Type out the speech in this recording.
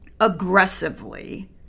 aggressively